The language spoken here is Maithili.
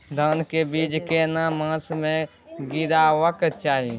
धान के बीज केना मास में गीरावक चाही?